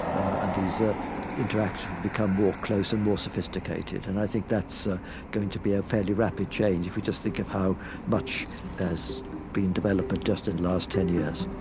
and these ah interactions become more close and more sophisticated. and i think that's ah going to be a fairly rapid change if we just think of how much there's been developed and just in the last ten years